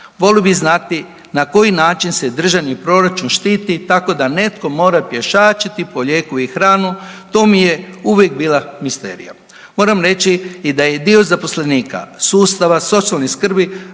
Volio bih znati na koji način se državni proračun štiti tako da netko mora pješačiti po lijeku i hranu, to mi je uvijek bila misterija. Moram reći i da je dio zaposlenika sustava socijalne skrbi